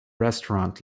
restaurant